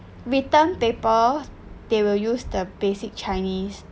written paper they will use the basic chinese